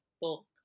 book